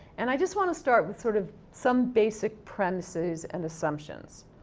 and, i just wanna start with sort of some basic premises and assumptions.